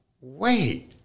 wait